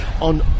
on